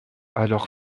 alors